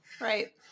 right